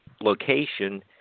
location